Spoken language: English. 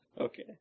Okay